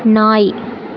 நாய்